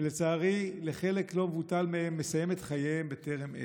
ולצערי חלק לא מבוטל מהם מסיים את חייהם בטרם עת.